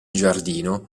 giardino